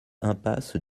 impasse